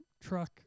truck